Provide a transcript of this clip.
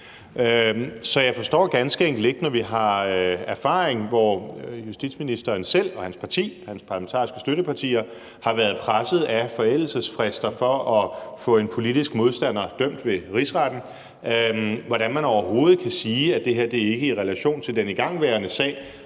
Så jeg forstår ganske enkelt ikke, når vi har erfaring, hvor justitsministeren selv, hans parti og hans parlamentariske støttepartier har været presset af forældelsesfrister for at få en politisk modstander dømt ved Rigsretten, hvordan man overhovedet kan sige, at det her i relation til den igangværende sag